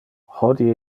hodie